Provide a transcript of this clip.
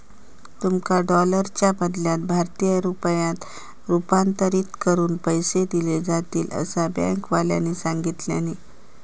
तुमका डॉलरच्या बदल्यात भारतीय रुपयांत रूपांतरीत करून पैसे दिले जातील, असा बँकेवाल्यानी सांगितल्यानी